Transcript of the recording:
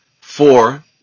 four